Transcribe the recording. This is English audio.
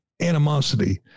animosity